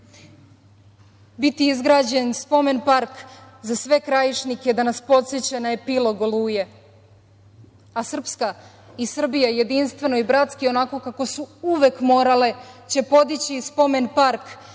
biti izgrađen spomen-park za sve Krajišnike da nas podseća na epilog "Oluje", a Srpska i Srbija jedinstveno i bratski, onako kako su uvek morale, će podići i spomen-park